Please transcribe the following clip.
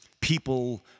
people